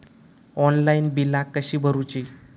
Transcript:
Online बिला कशी भरूची?